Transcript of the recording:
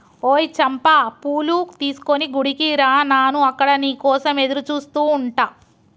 ఓయ్ చంపా పూలు తీసుకొని గుడికి రా నాను అక్కడ నీ కోసం ఎదురుచూస్తు ఉంటా